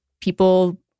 people